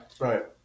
right